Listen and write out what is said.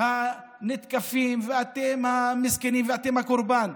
הנתקפים ואתם המסכנים ואתם הקורבן.